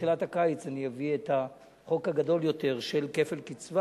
בתחילת כנס הקיץ אני אביא את החוק הגדול יותר של כפל קצבה